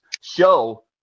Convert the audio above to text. show